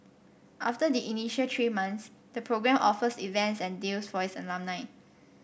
after the initial three months the program offers events and deals for its alumni